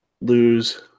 lose